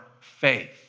faith